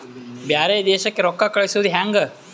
ಬ್ಯಾರೆ ದೇಶಕ್ಕೆ ರೊಕ್ಕ ಕಳಿಸುವುದು ಹ್ಯಾಂಗ?